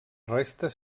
restes